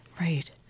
Right